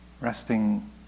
resting